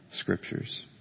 scriptures